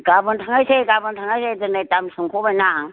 गाबोन थांनोसै गाबोन थांनोसै दिनै दाम सोंखाबायना आं